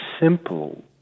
simple